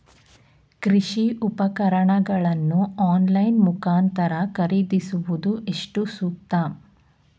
ಕೃಷಿ ಉಪಕರಣಗಳನ್ನು ಆನ್ಲೈನ್ ಮುಖಾಂತರ ಖರೀದಿಸುವುದು ಎಷ್ಟು ಸೂಕ್ತ?